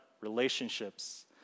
relationships